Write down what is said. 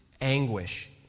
anguish